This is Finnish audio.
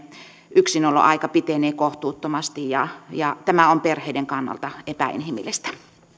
yksinoloaika pitenee kohtuuttomasti ja ja tämä on perheiden kannalta epäinhimillistä